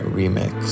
remix